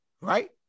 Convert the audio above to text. Right